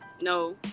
No